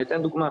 אני אתן דוגמה.